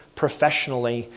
professionally,